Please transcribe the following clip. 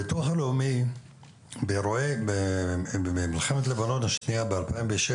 אנשי הביטוח הלאומי במלחמת לבנון השנייה ב-2006,